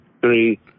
three